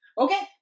okay